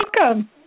Welcome